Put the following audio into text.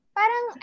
parang